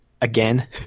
again